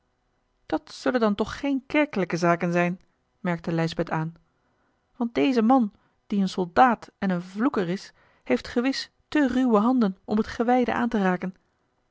dat zullen dan toch geene kerkelijke zaken zijn merkte lijsbeth aan want deze man die een soldaat en een vloeker is heeft gewis te ruwe handen om het gewijde aan te raken